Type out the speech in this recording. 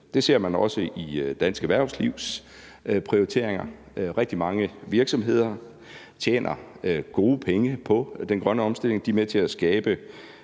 Det ser man også i dansk erhvervslivs prioriteringer. Rigtig mange virksomheder tjener gode penge på den grønne omstilling. De er med til at skabe